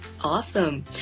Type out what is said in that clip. Awesome